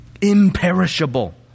Imperishable